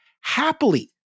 happily